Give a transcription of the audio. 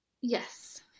Yes